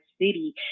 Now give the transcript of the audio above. city